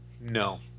No